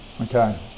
Okay